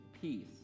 peace